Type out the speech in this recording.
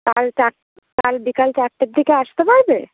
কাল চার কাল বিকাল চারটের দিকে আসতে পারবে